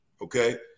okay